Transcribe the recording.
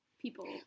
people